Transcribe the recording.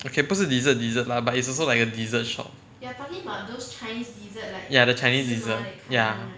okay 不是 dessert dessert lah but it's also like a dessert shop ya the chinese ya